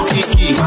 Kiki